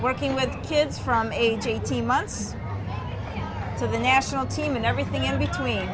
working with kids from age eighteen months to the national team and everything in between